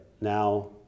Now